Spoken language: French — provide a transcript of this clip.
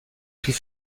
plus